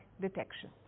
detection